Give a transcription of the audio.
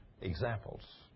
examples